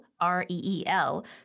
R-E-E-L